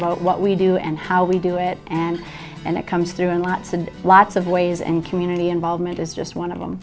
about what we do and how we do it and and it comes through in lots and lots of ways and community involvement is just one of them